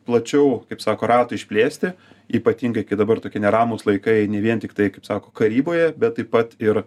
plačiau kaip sako ratui išplėsti ypatingai kai dabar tokie neramūs laikai ne vien tiktai kaip sako karyboje bet taip pat ir